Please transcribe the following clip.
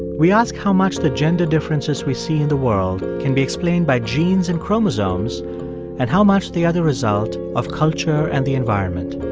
we ask how much the gender differences we see in the world can be explained by genes and chromosomes and how much they are the result of culture and the environment.